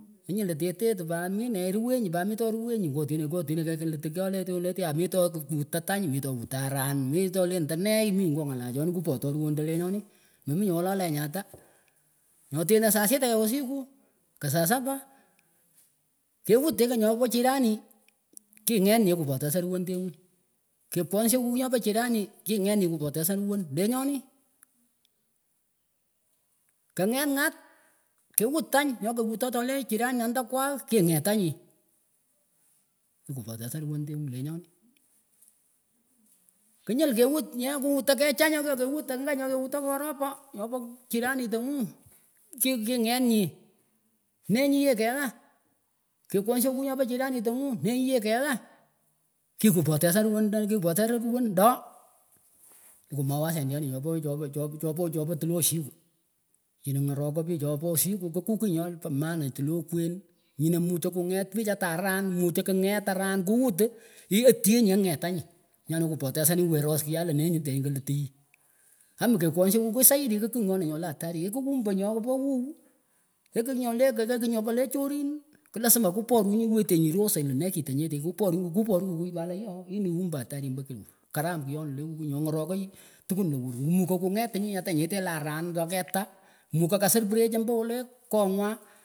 Knyull ateteh tih pat mineh ruwenyih pat mitoh ruwenyih kwoh tinah kalituh kyoleh tyonah tyoally mitoh wutan tany mitoh wutah aran mitoh wutah aran mito lendanee iminyih ngoh ngalah chonih kupotah ruwendah lenyonih meminyek wole lenyattah nyoh tenah saa sita usiku kaa saa saba kewut tekah nyopan jirani kinget nyeh kikupotsan ruwendenguh kekwongshah kukiy nyopah jirani kinget nyi kupotesan ruwon lenyonih kahnget ngat kewut tany nyakahwutah taleh jirani andakwagh kingetanyih kikupotesan kuwendenguh lenyonih nyull kewot nyah kuwutah kecha nyangah nya kiwot angan nyohkewotoh kuropan nyopah jirani tanguh kikihinget nyih nenyieeh keah kekwongshah kukiy nyopan jirani tanguh nenyineeh keeh kikupotesan ruwan kipotesan ruwon doh likuh mawasen chonih cho poh cho poh cho poh tleh usiku ngarakah pich chorah usiku kukiy nyopah maana tileh akwen nyinah muchah kunget pich atah aran muchah kinget aran kuwut iah atyenyih ingetanyih nyonah kikupotesananyih iweh ros kyaehlah nenyetenyih kalutuh yih ama kekwongshah kukiysaidi kikigh nyonah nyoleh atarih eekakum bah nyohkapah wuwh eekinyoleh kekeh ekanyoleh chorin klasima kuponyih iwetenyih irosah lah nee kitah nyetenyih kuporunyi kuporuh kukiypah leh kukiy nyoh ngarokay tukwun lewur mukah kungetinyin atan nyeteh le aran toh ketaah mukah kasir erech omba waneleh kongwah.